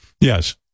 Yes